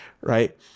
Right